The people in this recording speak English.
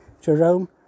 Jerome